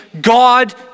God